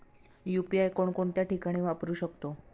UPI कोणकोणत्या ठिकाणी वापरू शकतो?